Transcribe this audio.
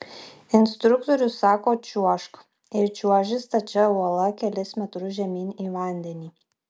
instruktorius sako čiuožk ir čiuoži stačia uola kelis metrus žemyn į vandenį